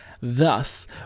Thus